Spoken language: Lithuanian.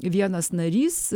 vienas narys